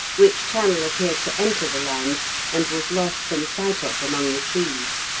which channel appeared to enter the land and was lost from sight of among the trees.